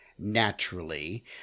naturally